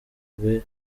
rwe